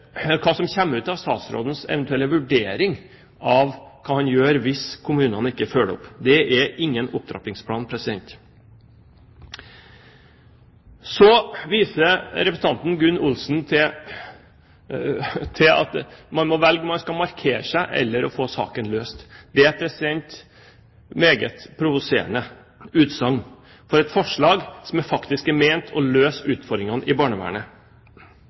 hva som kommer ut av statsrådens eventuelle vurdering av hva han gjør hvis kommunene ikke følger opp. Det er ingen opptrappingsplan. Så viser representanten Gunn Olsen til at man må velge om man skal markere seg eller få saken løst. Det er et meget provoserende utsagn; forslaget er faktisk ment for å møte utfordringene i barnevernet.